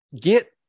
get